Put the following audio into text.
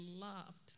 loved